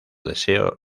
deseo